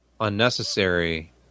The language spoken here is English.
unnecessary